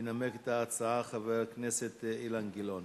ינמק את ההצעה חבר הכנסת אילן גילאון.